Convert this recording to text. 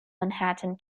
manhattan